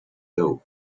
doe